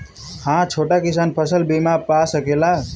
हा छोटा किसान फसल बीमा पा सकेला?